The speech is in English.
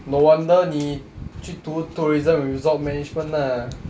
no wonder 你去读 tourism and resort management ah